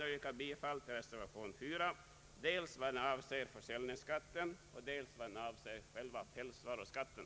Jag yrkar bifall till reservation 4 dels i vad den avser försäljningsskatten, dels i vad den avser pälsvaruskatten.